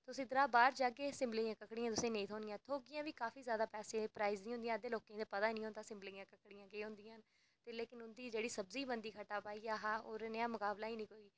तुस इद्धरा बाहर जाह्गे सिंबलै दियां ककड़ियां नेईं थ्होनियां ते थ्होडियां बी ते काफी जैदा प्राईस दियां होंदियां अद्धे लोकें गी पता निं होंदा सिंबलै दियां ककड़ियां केह् होंदियां लेकिन उं'दी जेह्ड़ी सब्जी बनदी खट्टा पाइयै उं'दा कोई मकाबला गै नेईं